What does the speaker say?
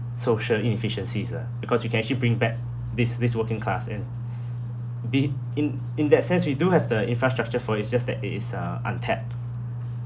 social inefficiencies ah because you can actually bring back this this working class and be in in that sense we do have the infrastructure for it it's just that it is uh untapped